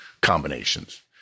combinations